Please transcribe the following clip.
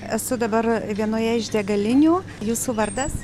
esu dabar vienoje iš degalinių jūsų vardas